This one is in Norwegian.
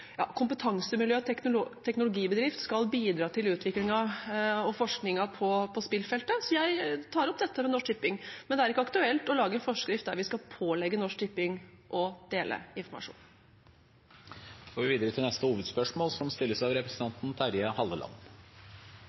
kompetansemiljø og teknologibedrift skal bidra til utviklingen og forskningen på spillfeltet. Jeg tar opp dette med Norsk Tipping, men det er ikke aktuelt å lage en forskrift der vi skal pålegge Norsk Tipping å dele informasjon. Vi går videre til neste hovedspørsmål.